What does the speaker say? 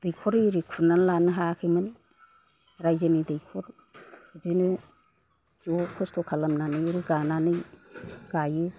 दैखार इरि खुरना लानो हायाखैमोन रायजोनि दैखर बिदिनो ज' खस्थ' खालामनानै रोगानानै जायो